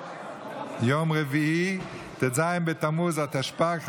יום רביעי ט"ז בתמוז התשפ"ג,